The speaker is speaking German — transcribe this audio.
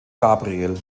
gabriel